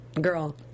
girl